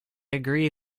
agree